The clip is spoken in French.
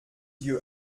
yeux